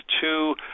two